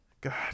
God